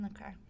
Okay